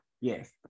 yes